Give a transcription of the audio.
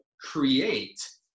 create